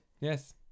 yes